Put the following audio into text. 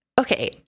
okay